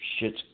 shits